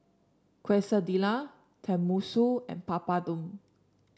Quesadilla Tenmusu and Papadum